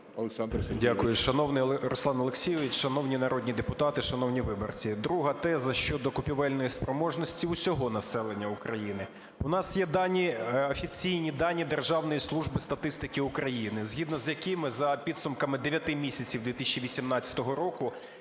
Дякую. Шановний Руслан Олексійович, шановні народні депутати, шановні виборці! Друга теза щодо купівельної спроможності усього населення України. У нас є дані, офіційні дані Державної служби статистики України, згідно з якими за підсумками дев'яти місяців 2018 року